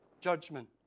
judgment